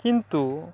କିନ୍ତୁ